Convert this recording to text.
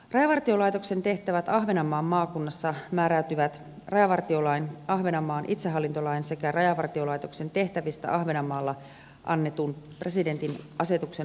rajavartiolaitoksen tehtävät ahvenanmaan maakunnassa määräytyvät rajavartiolain ahvenanmaan itsehallintolain sekä rajavartiolaitoksen tehtävistä ahvenanmaalla annetun presidentin asetuksen mukaan